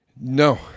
No